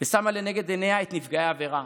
ושמה לנגד עיניה את נפגעי העבירה